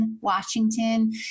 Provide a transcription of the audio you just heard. Washington